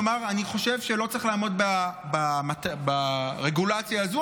לומר: אני חושב שלא צריך לעמוד ברגולציה הזו,